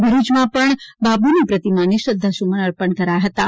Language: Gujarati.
ભરૂચમાં પણ બાપુની પ્રતિમામે શ્રદ્વાસુમન અર્પણ કરાયાં હતાં